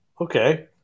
okay